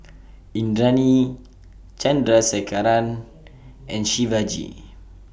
Indranee Chandrasekaran and Shivaji